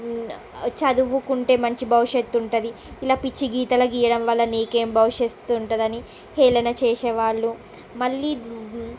చదువుకుంటే మంచి భవిష్యత్తు ఉంటుంది ఇలా పిచ్చి గీతలు గీయడం వల్ల నీకు ఏమి భవిష్యత్తు ఉంటుంది అని హేళన చేసేవాళ్ళు మళ్ళీ